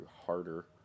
harder